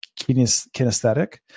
kinesthetic